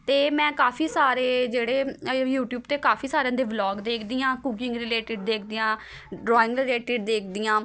ਅਤੇ ਮੈਂ ਕਾਫੀ ਸਾਰੇ ਜਿਹੜੇ ਯੂਟਿਊਬ 'ਤੇ ਕਾਫੀ ਸਾਰਿਆਂ ਦੇ ਵਲੋਗ ਦੇਖਦੀ ਹਾਂ ਕੂਕਿੰਗ ਰਿਲੇਟਿਡ ਦੇਖਦੀ ਹਾਂ ਡਰੋਇੰਗ ਰਿਲੇਟਿਡ ਦੇਖਦੀ ਹਾਂ